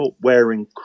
wearing